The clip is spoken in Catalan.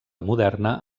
moderna